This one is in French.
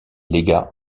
légat